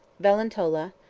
valentola,